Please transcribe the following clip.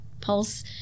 Pulse